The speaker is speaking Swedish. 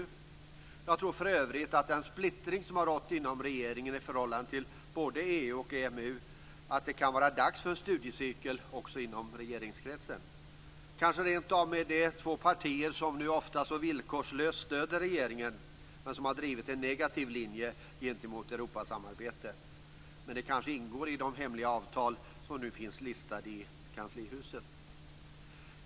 För övrigt tror jag att det med den splittring som har rått inom regeringen i förhållande till både EU och EMU kan vara dags för en studiecirkel också inom regeringskretsen - kanske rentav med de två partier som nu ofta villkorslöst stöder regeringen men som har drivit en negativ linje gentemot Europasamarbete. Men det ingår kanske i de hemliga avtal som nu finns listade i kanslihuset.